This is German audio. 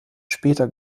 später